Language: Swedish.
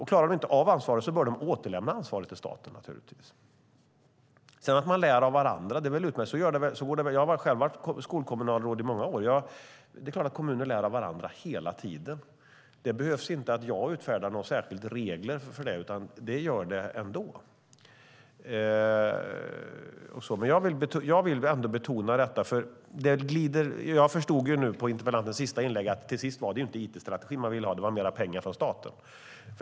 Klarar de inte av ansvaret bör de naturligtvis återlämna ansvaret till staten. Att man sedan lär av varandra är väl utmärkt. Jag har själv varit skolkommunalråd i många år, och det är väl klart att kommunerna lär av varandra hela tiden. Det behövs inte att jag utfärdar några särskilda regler för det, utan det gör de ändå. Jag vill ändå betona detta. Jag förstod nämligen på interpellantens sista inlägg att det till sist inte var en it-strategi man ville ha, utan det var mer pengar från staten.